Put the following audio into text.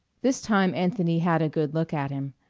this time anthony had a good look at him.